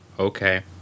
Okay